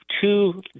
two